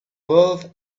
wealth